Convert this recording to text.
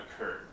occurred